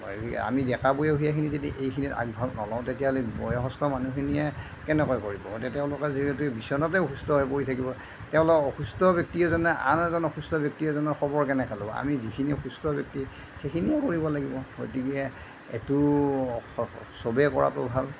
হেৰি আমি ডেকা বয়সীয়াখিনি যদি এইখিনিত আগভাগ নলও তেতিয়াহ'লে বয়সস্থ মানুহখিনিয়ে কেনেকৈ কৰিব গতিকে তেওঁলোকে যিহেতু বিছনাতে অসুস্থ হৈ পৰি থাকিব তেওঁলোকক অসুস্থ ব্যক্তি এজনে আন এজন অসুস্থ ব্যক্তি এজনক খবৰ কেনেকে ল'ব আমি যিখিনি সুস্থ ব্যক্তি সেইখিনিয়ে কৰিব লাগিব গতিকে এইটো চবে কৰাটো ভাল